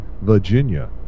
Virginia